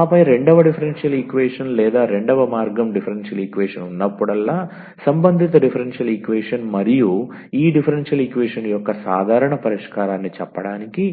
ఆపై రెండవ differential equation లేదా రెండవ మార్గం డిఫరెన్షియల్ ఈక్వేషన్ ఉన్నప్పుడల్లా సంబంధిత డిఫరెన్షియల్ ఈక్వేషన్ మరియు ఈ డిఫరెన్షియల్ ఈక్వేషన్ యొక్క సాధారణ పరిష్కారాన్ని చెప్పడానికి